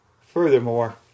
Furthermore